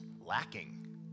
lacking